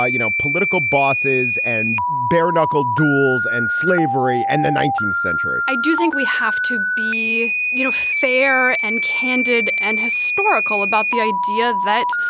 ah you know, political bosses and bare knuckled duels and slavery and the nineteenth century i do think we have to be you know fair and candid and historical about the idea that,